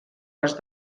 les